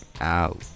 Out